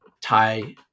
Thai